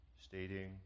stating